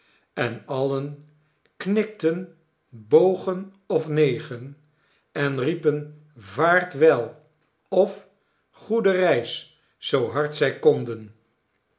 en alien knikten bogen of negen en riepen vaart wel of goede reis zoo hard zij konden